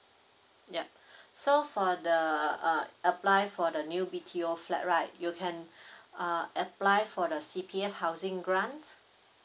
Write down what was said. yup so for the uh apply for the new B_T_O flat right you can uh apply for the C_P_F housing grant